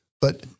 But-